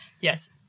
Yes